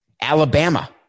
Alabama